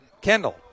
Kendall